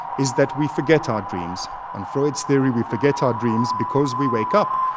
is that we forget our dreams. on freud's theory we forget our dreams because we wake up,